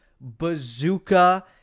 bazooka